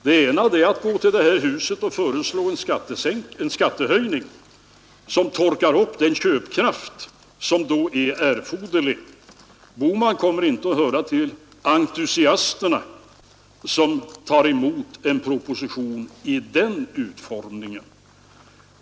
Den ena är att gå till det här huset och föreslå en skattehöjning som torkar upp den köpkraft som är för stor. Herr Bohman kommer nog inte att höra till de entusiaster som tar emot en proposition i den utformningen.